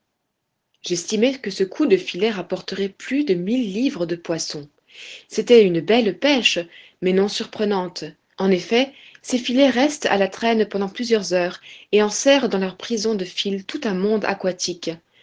j'estimai que ce coup de filet rapportait plus de mille livres de poissons c'était une belle pêche mais non surprenante en effet ces filets restent à la traîne pendant plusieurs heures et enserrent dans leur prison de fil tout un monde aquatique